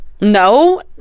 No